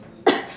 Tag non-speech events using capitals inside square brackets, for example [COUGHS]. [COUGHS]